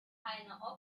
heiner